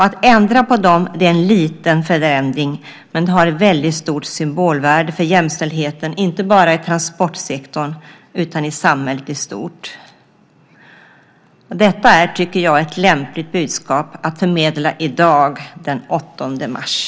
Att ändra på dem är en liten förändring, men det har väldigt stort symbolvärde för jämställdheten, inte bara i transportsektorn utan i samhället i stort. Detta är, tycker jag, ett lämpligt budskap att förmedla i dag den 8 mars.